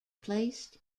placed